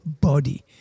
body